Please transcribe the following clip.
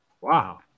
Wow